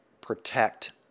protect